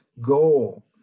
goal